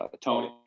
Tony